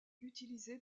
utilisé